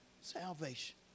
salvation